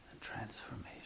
transformation